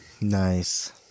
Nice